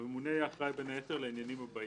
הממונה יהיה אחראי בין היתר לעניינים הבאים: